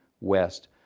west